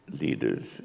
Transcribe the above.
leaders